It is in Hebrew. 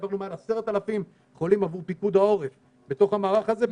העברנו מעל 10,000 חולים עבור פיקוד העורף במערך הזה בתוך שעות.